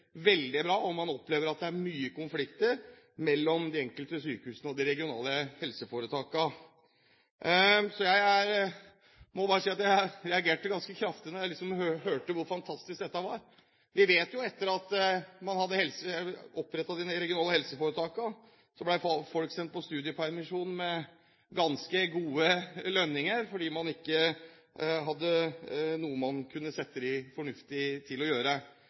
veldig bra. Man opplever at det er mange konflikter mellom de enkelte sykehusene og de regionale helseforetakene. Så jeg reagerte ganske kraftig da jeg hørte hvor fantastisk dette var. Vi vet jo at etter at man hadde opprettet de regionale helseforetakene, ble folk sendt på studiepermisjon med ganske gode lønninger, fordi man ikke hadde noe fornuftig man kunne sette dem til å gjøre.